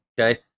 okay